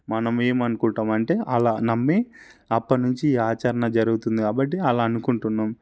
మనం ఏం అనుకుంటాం అంటే అలా నమ్మి అప్పటి నుంచి ఆచరణ జరుగుతుంది కాబట్టి అలా అనుకుంటున్నాం